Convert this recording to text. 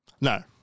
no